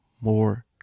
more